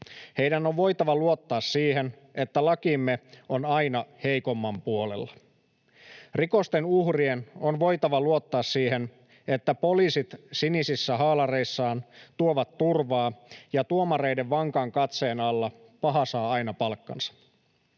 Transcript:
Heidän on voitava luottaa siihen, että lakimme on aina heikomman puolella. Rikosten uhrien on voitava luottaa siihen, että poliisit sinisissä haalareissaan tuovat turvaa ja että tuomareiden vankan katseen alla paha saa aina palkkansa.